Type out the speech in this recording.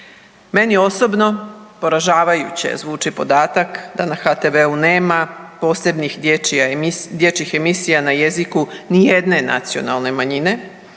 Meni osobno poražavajuće zvuči podatak da na HTV-u nema posebnih dječjih emisija na jeziku nijedne nacionalne manjene,